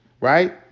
right